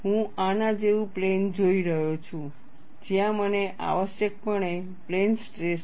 હું આના જેવું પ્લેન જોઈ રહ્યો છું જ્યાં મને આવશ્યકપણે પ્લેન સ્ટ્રેસ છે